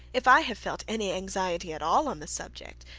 if i have felt any anxiety at all on the subject,